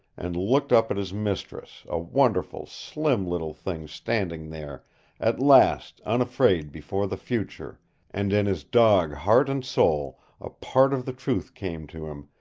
and looked up at his mistress, a wonderful, slim little thing standing there at last unafraid before the future and in his dog heart and soul a part of the truth came to him,